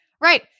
right